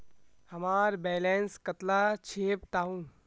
हमार बैलेंस कतला छेबताउ?